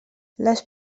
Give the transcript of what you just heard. les